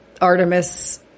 Artemis